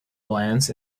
glands